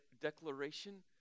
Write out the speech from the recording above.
declaration